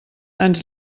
ens